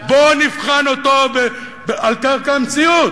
בוא נבחן אותו על קרקע המציאות.